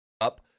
Up